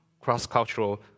cross-cultural